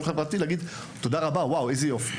חברתי על מנת להודות ולהגיד איזה יופי.